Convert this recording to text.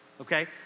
Okay